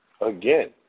again